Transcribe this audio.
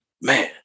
Man